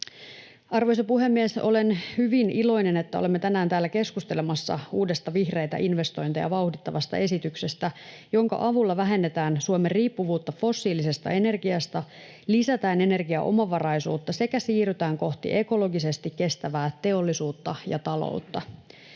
Arvoisa puhemies! Olen hyvin iloinen, että olemme tänään täällä keskustelemassa uudesta vihreitä investointeja vauhdittavasta esityksestä, jonka avulla vähennetään Suomen riippuvuutta fossiilisesta energiasta, lisätään energiaomavaraisuutta sekä siirrytään kohti ekologisesti kestävää teollisuutta ja taloutta.